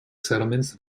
settlements